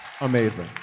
amazing